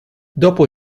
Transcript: dopo